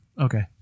Okay